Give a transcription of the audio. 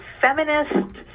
feminist